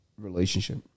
relationship